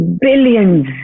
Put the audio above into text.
billions